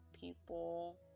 people